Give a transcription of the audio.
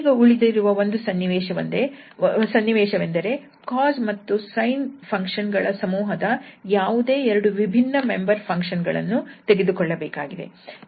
ಈಗ ಉಳಿದಿರುವ ಒಂದು ಸನ್ನಿವೇಶವೆಂದರೆ cos ಹಾಗೂ sin ಫಂಕ್ಷನ್ ಗಳ ಸಮೂಹದ ಯಾವುದೇ ಎರಡು ವಿಭಿನ್ನ ಮೆಂಬರ್ ಫಂಕ್ಷನ್ ಗಳನ್ನು ತೆಗೆದುಕೊಳ್ಳಬೇಕಾಗಿದೆ